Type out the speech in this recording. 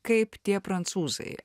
kaip tie prancūzai